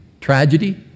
Tragedy